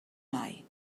mai